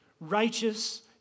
Righteous